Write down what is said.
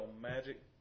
Magic